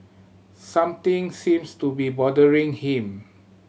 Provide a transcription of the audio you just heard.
something seems to be bothering him